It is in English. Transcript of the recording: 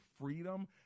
freedom